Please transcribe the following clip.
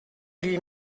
lui